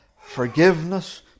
forgiveness